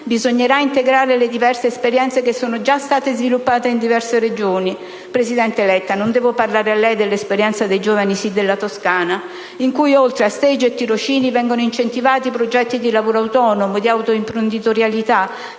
bisognerà integrare le diverse esperienze che sono già state sviluppate in diverse Regioni - presidente Letta, non credo di dover parlare a lei circa l'esperienza «Giovani Sìۚ» della Toscana - in cui, oltre a *stage* e tirocini, vengono incentivati progetti di lavoro autonomo e di autoimprenditorialità